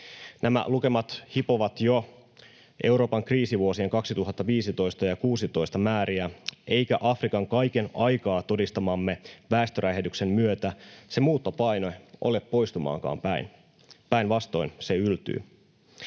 Nämä lukemat hipovat jo Euroopan kriisivuosien 2015 ja 2016 määriä, eikä Afrikan kaiken aikaa todistamamme väestöräjähdyksen myötä se muuttopaine ole poistumaankaan päin. Päinvastoin se yltyy.